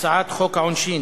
הצעת חוק העונשין